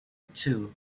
too